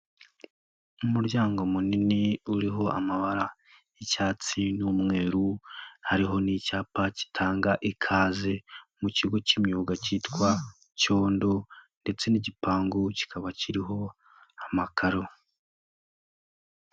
Umuryango munini uriho amabara y'icyatsi n'umweru hariho n'icyapa gitanga ikaze mu kigo k'imyuga kitwa Cyondo, ndetse n'igipangu kikaba kiriho amakaro.